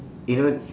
you know